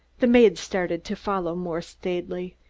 the maid started to follow more staidly.